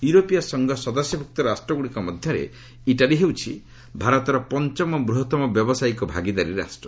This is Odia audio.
ୟୁରୋପୀୟ ସଂଘ ସଦସ୍ୟଭୁକ୍ତ ରାଷ୍ଟ୍ରଗୁଡ଼ିକ ମଧ୍ୟରେ ଇଟାଲୀ ହେଉଛି ଭାରତର ପଞ୍ଚ ବୃହତ୍ତମ ବ୍ୟାବସାୟିକ ଭାଗିଦାରି ରାଷ୍ଟ୍ର